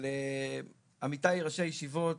אבל עמיתיי ראשי הישיבות,